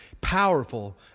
powerful